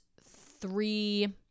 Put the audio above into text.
three